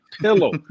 pillow